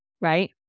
Right